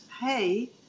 pay